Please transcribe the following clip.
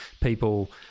people